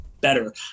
better